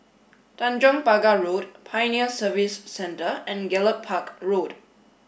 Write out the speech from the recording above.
Tanjong Pagar Road Pioneer Service Centre and Gallop Park Road